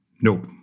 nope